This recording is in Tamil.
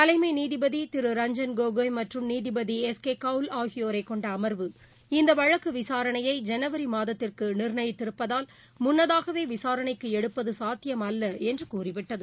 தலைமை நீதிபதி திரு ரஞ்சன் கொகாய் மற்றும் நீதிபதி திரு எஸ் கே கவுல் ஆகியோரை கொண்ட அமா்வு இந்த வழக்கு விசாரணையை ஜனவரி மாதத்திற்கு நிாணயித்திருப்பதால் முன்னதாகவே விசாரணைக்கு எடுப்பது சாத்தியமல்ல என்று கூறிவிட்டது